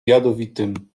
jadowitym